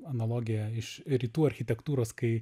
analogiją iš rytų architektūros kai